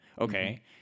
Okay